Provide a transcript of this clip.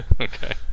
Okay